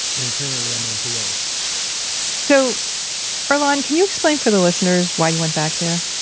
and currently i'm on parole so earlonne, can you explain for the listeners why you went back there?